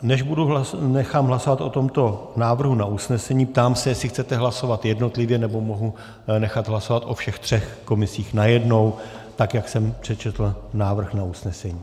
Než nechám hlasovat o tomto návrhu na usnesení, ptám se, jestli chcete hlasovat jednotlivě nebo mohu nechat hlasovat o všech třech komisích najednou tak, jak jsem přečetl návrh na usnesení.